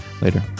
later